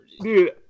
dude